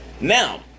now